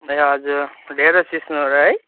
ए हजुर ढिँडो सिस्नुहरू है